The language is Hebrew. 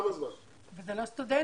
אלה לא סטודנטים.